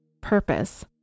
purpose